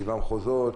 שבעה מחוזות,